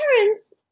parents